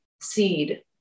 seed